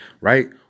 right